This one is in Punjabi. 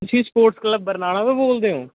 ਤੁਸੀਂ ਸਪੋਰਟਸ ਕਲੱਬ ਬਰਨਾਲਾ ਤੋਂ ਬੋਲਦੇ ਹੋ